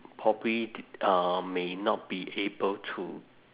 probably did um may not be able to